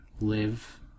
live